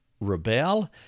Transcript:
rebel